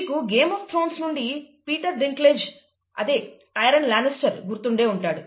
మీకు game of thrones నుండి Peter Dinklage అదే టైరన్ లేనిస్టర్ గుర్తుండే ఉంటాడు